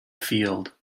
field